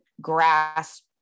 grasp